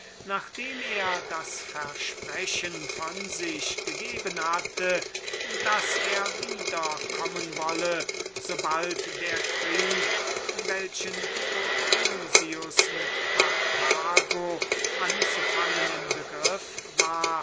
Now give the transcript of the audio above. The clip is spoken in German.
nachdem er das versprechen von sich gegeben hatte daß er wieder kommen wolle so bald der krieg welchen dionys wider carthago anzufangen im begriff war